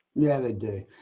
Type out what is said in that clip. yeah, they do.